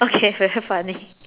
okay very funny